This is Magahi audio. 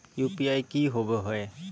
यू.पी.आई की होवे हय?